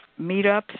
meetups